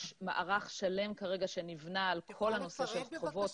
יש מערך שלם כרגע שניבנה על כל הנושא של חובות.